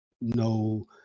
no